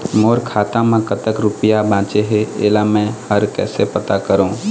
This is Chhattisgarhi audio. मोर खाता म कतक रुपया बांचे हे, इला मैं हर कैसे पता करों?